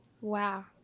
Wow